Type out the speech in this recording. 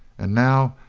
and now,